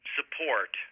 support